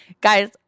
Guys